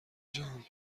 جان